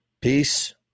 Peace